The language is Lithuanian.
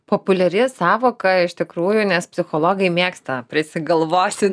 populiari sąvoka iš tikrųjų nes psichologai mėgsta prisigalvot